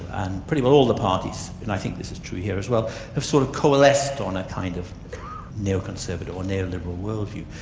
and pretty well all the parties and i think this is true here as well have sort of coalesced on a kind of neo-conservative, or neo-liberal world view.